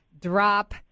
drop